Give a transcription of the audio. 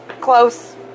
close